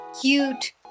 cute